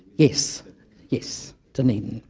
yes yes, dunedin,